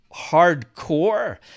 hardcore